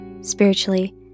spiritually